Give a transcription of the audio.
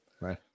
Right